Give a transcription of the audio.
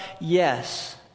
Yes